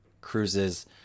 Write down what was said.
cruises